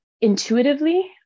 intuitively